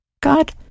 God